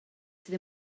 sydd